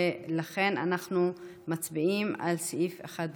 ולכן אנחנו מצביעים על סעיפים 1 ו-2.